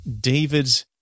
David